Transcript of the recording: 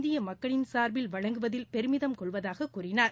இந்திய மக்களின் சார்பில் வழங்குவதில் பெருமிதம் கொள்வதாக கூறினார்